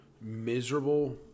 miserable